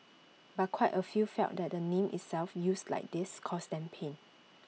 but quite A few felt that the name itself used like this caused them pain